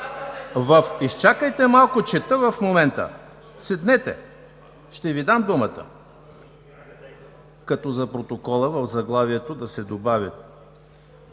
Изчакайте малко, чета в момента. Седнете, ще Ви дам думата. За протокола – в заглавието да се добави